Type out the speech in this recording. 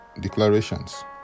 Declarations